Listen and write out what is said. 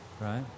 right